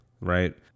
right